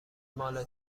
مال